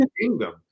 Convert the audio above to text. kingdom